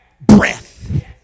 breath